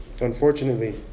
unfortunately